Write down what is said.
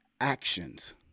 actions